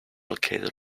located